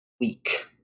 week